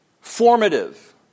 formative